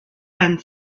and